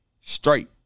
straight